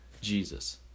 Jesus